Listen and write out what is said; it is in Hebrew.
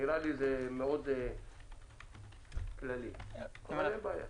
נראה לי שזה מאוד כללי, אבל אין בעיה.